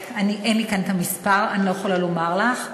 אין לי כאן המספר, אני לא יכולה לומר לך.